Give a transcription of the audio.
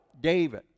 David